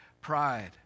pride